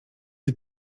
die